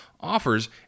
offers